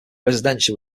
residential